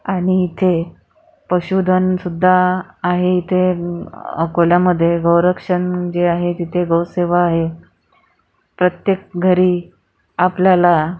आणि इथे पशुधन सुद्धा आहे इथे अकोलामध्ये गोरक्षण जे आहे तिथे गोसेवा आहे प्रत्येक घरी आपल्याला